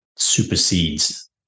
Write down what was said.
supersedes